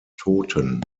toten